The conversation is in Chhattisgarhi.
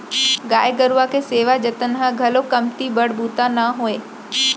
गाय गरूवा के सेवा जतन ह घलौ कमती बड़ बूता नो हय